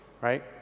right